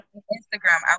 Instagram